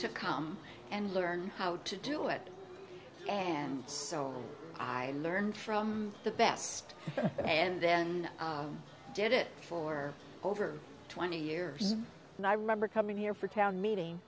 to come and learn how to do it and i learned from the best and then i did it for over twenty years and i remember coming here for town meeting